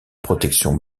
protection